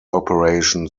operation